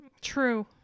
True